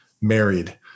married